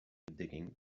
digging